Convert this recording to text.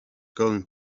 going